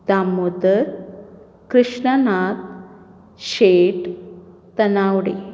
Damodar Krishnanath Shet Tanawade